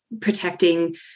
protecting